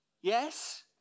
Yes